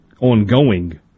ongoing